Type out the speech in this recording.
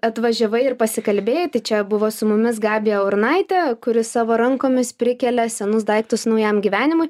atvažiavai ir pasikalbėjai tai čia buvo su mumis gabija urnaitė kuri savo rankomis prikelia senus daiktus naujam gyvenimui